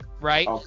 right